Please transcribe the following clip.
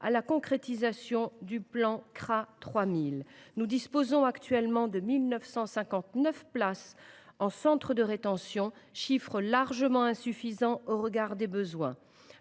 à la concrétisation du plan « CRA 3000 ». Nous disposons actuellement de 1 959 places en centre de rétention administrative. Ce chiffre est largement insuffisant au regard des besoins.